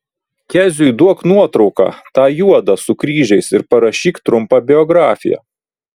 keziui duok nuotrauką tą juodą su kryžiais ir parašyk trumpą biografiją